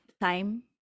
time